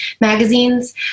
magazines